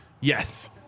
yes